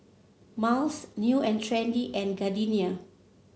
Miles New And Trendy and Gardenia